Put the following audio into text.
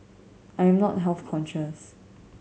I am not health conscious